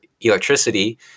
electricity